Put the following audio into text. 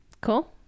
Cool